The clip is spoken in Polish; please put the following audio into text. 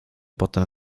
potem